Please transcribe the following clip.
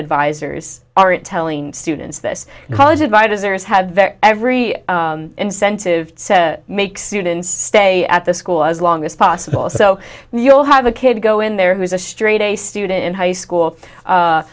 advisors are telling students this college advisors have every incentive to make students stay at the school as long as possible so you'll have a kid to go in there who is a straight a student in high school